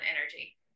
energy